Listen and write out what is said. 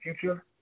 future